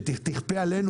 שתכפה עלינו,